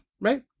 right